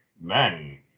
men